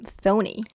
phony